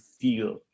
feel